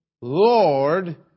Lord